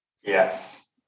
Yes